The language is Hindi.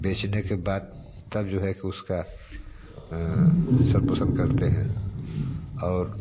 बेचने के बाद तब जो है कि उसका सपोषण करते हैं और